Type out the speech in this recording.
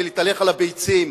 ולהתהלך על ביצים,